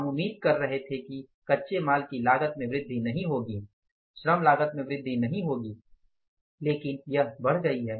हम उम्मीद कर रहे थे कि कच्चे माल की लागत में वृद्धि नहीं होगी श्रम लागत में वृद्धि नहीं होगी लेकिन यह बढ़ गई है